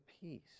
peace